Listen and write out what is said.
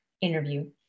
interview